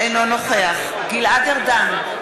אינו נוכח גלעד ארדן,